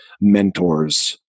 mentors